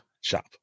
shop